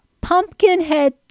Pumpkinhead